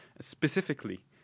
Specifically